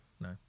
no